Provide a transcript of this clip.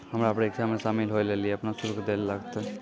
हमरा परीक्षा मे शामिल होय लेली अपनो शुल्क दैल लागतै